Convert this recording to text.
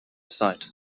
sight